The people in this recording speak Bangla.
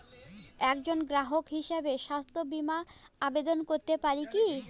একজন গ্রাহক হিসাবে স্বাস্থ্য বিমার আবেদন করতে পারি কি?